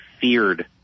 feared